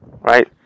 right